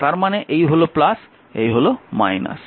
তার মানে এই হল এই হল